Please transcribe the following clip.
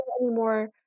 anymore